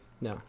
no